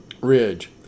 Ridge